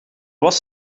was